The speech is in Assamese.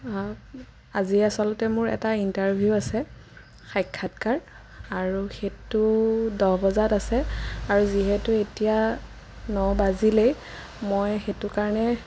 আজি আচলতে মোৰ এটা ইণ্টাৰভিউ আছে সাক্ষাৎকাৰ আৰু সেইটো দহ বজাত আছে আৰু যিহেতু এতিয়া ন বাজিলেই মই সেইটো কাৰণে